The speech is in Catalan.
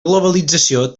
globalització